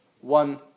one